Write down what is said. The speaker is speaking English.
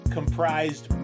Comprised